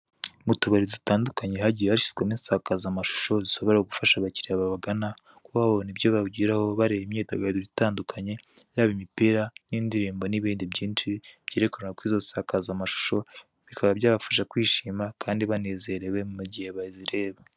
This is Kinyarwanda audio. M'utubati dutandukanye hagiye hashyirwamo insakaza mashusho zishobora gufasha abakiriya babagana kuba babona ibyo bahugiraho bareba imyidagaduro itandukanye yaba imipira n'indirimbo n'ibindi byinshi byerekanwa kurizo nsakazamashusho bikaba byabafasha kwishima kandi banezerewe mugihe bazireba.